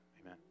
amen